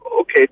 Okay